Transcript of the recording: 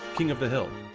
king of the hill,